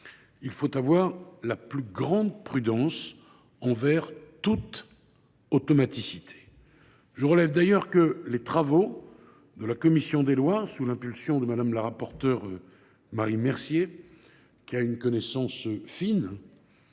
il faut faire preuve la plus grande prudence envers toute automaticité. Je relève d’ailleurs que les travaux de la commission des lois, sous l’impulsion de Mme la rapporteure Marie Mercier, qui a une connaissance fine